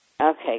Okay